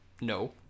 No